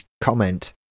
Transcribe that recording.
comment